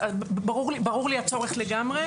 הצורך לגמרי